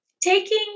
taking